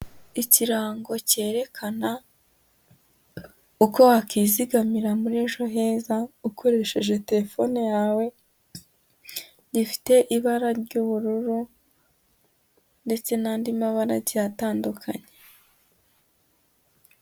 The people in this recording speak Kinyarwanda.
Ikirango cyerekana uko wakwizigamira muri ejo heza ukoresheje terefone yawe, gifite ibara ry'ubururu ndetse n'andi mabara agiye kitandukanye.